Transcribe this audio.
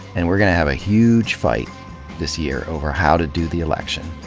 and we're gonna have a huge fight this year over how to do the election.